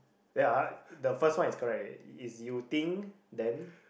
ya the first one is correct already it's you think then